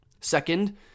Second